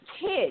kids